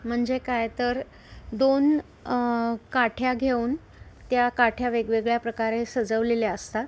म्हणजे काय तर दोन काठ्या घेऊन त्या काठ्या वेगवेगळ्या प्रकारे सजवलेल्या असतात